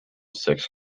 six